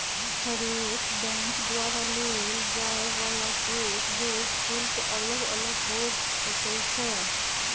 हरेक बैंक द्वारा लेल जाय वला चेक बुक शुल्क अलग अलग हो सकइ छै